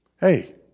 Hey